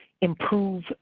improve